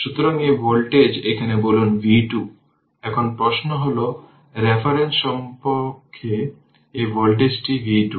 সুতরাং সেই অনুযায়ী আমরা এটিকে চিহ্ন দিয়ে রিপ্রেজেন্ট করি